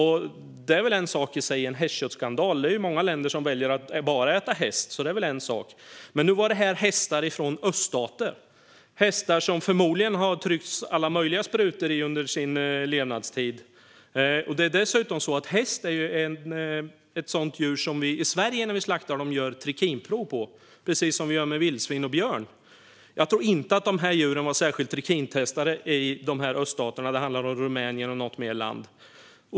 Hästkött i sig är väl en sak; i många länder väljer man ju att bara äta häst. Men nu var det här hästar från öststater - hästar som man förmodligen hade tryckt i alla möjliga sprutor under deras levnadstid. Dessutom är häst ett djur som vi tar trikinprov på när de slaktas i Sverige, precis som vi gör med vildsvin och björn. Jag tror inte att de här djuren var trikintestade i dessa öststater; det handlade om Rumänien och något mer land.